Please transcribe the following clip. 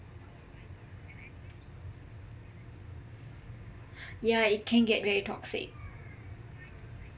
yah it can get very toxic